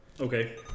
Okay